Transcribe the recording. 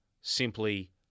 simply